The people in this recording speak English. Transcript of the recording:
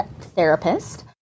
therapist